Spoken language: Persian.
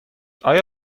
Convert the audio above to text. آیا